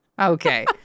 Okay